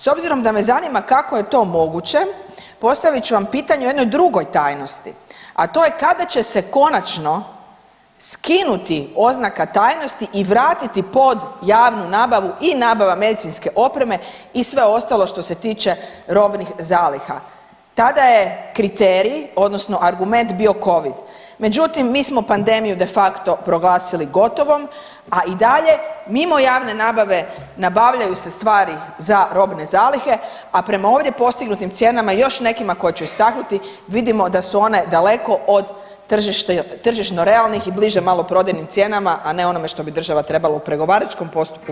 S obzirom da me zanima kako je to moguće postavit ću vam pitanje o jednoj drugoj tajnosti, a to je kada će se konačno skinuti oznaka tajnosti i vratiti pod javnu nabavu i nabava medicinske opreme i sve ostalo što se tiče robnih zaliha, tada je kriterij odnosno argument bio covid, međutim mi smo pandemiju de facto proglasili gotovom, a i dalje mimo javne nabave nabavljaju se stvari za robne zalihe, a prema ovdje postignutim cijenama i još nekima koje ću istaknuti vidimo da su one daleko od tržišno realnih i bliže maloprodajnim cijenama, a ne onome što bi država trebala u pregovaračkom postupku postići.